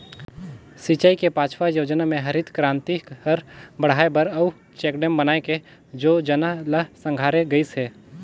सिंचई के पाँचवा योजना मे हरित करांति हर बड़हाए बर अउ चेकडेम बनाए के जोजना ल संघारे गइस हे